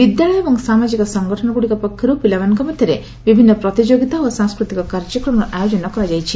ବିଦ୍ୟାଳୟ ଏବଂ ସାମାଜିକ ସଂଗଠନଗୁଡ଼ିକ ପକ୍ଷରୁ ପିଲାମାନଙ୍କ ମଧରେ ବିଭିନ୍ନ ପ୍ରତିଯୋଗିତା ଓ ସାଂସ୍କୃତିକ କାର୍ଯ୍ୟକ୍ରମର ଆୟୋଜନ କରାଯାଉଛି